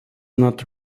not